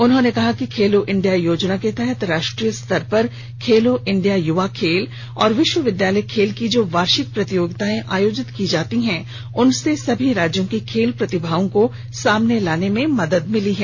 उन्होंने कहा कि खेलो इंडिया योजना के तहत राष्ट्रीय स्तर खेलो इंडिया युवा खेल और विश्वविद्यालय खेल की जो वार्षिक प्रतियोगताएं आयोजित की जाती हैं उनसे सभी राज्यों की खेल प्रतिभाओं को सामने लाने में मदद मिली है